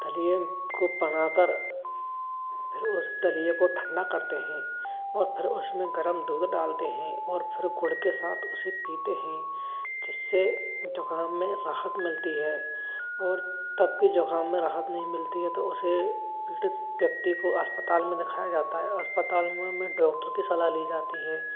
दलिए को बनाकर फिर उस दलिए को ठंडा करते हैं और फिर उसमें गर्म दूध डालते हैं और फिर गुड़ के साथ उसे पीते हैं जिससे जुखाम में राहत मिलती है और तब के जुखाम में राहत नहीं मिलती है तो उसे पीड़ित व्यक्ति को अस्पताल में दिखाया जाता है अस्पतालों में डॉक्टर की सलाह ली जाती है